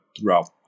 throughout